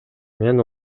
мен